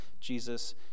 Jesus